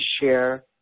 share